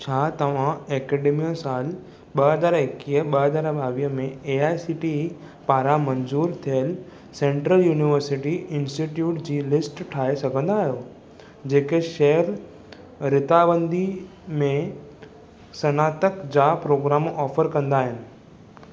छा तव्हां ऐकडेमिक सालु ॿ हज़ार इकीह ॿ हज़ार ॿावीह में ए आई सी टी पारां मंज़ूर थियलु सैंट्रल यूनिवर्सिटी इन्स्टिट्यूट जी लिस्ट ठाहे सघंदा आहियो जेके शहरु रिथाबंदी में स्नातक जा प्रोग्राम ऑफर कंदा आहिनि